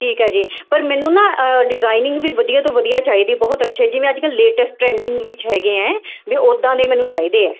ਠੀਕ ਹੈ ਜੀ ਪਰ ਮੈਨੂੰ ਨਾ ਡਿਜ਼ਾਇਨਿੰਗ ਵੀ ਵਧੀਆ ਤੋਂ ਵਧੀਆ ਚਾਹੀਦੀ ਬਹੁਤ ਅੱਛੇ ਜਿਵੇਂ ਅੱਜ ਕੱਲ੍ਹ ਲੇਟੈਸਟ ਟਰੈਂਡਿੰਗ ਵਿੱਚ ਹੈਗੇ ਹੈ ਵੀ ਉੱਦਾਂ ਦੇ ਮੈਨੂੰ ਚਾਹੀਦੇ ਹੈ